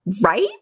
Right